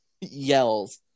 yells